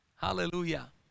Hallelujah